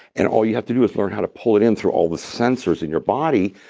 and all you have to do is learn how to pull it in through all the sensors in your body,